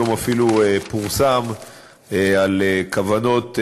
היום אפילו פורסם על כוונות,